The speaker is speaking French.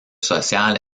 social